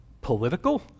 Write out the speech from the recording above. political